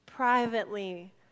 privately